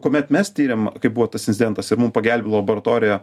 kuomet mes tiriam kaip buvo tas incidentas ir mum pagelbė loboratorija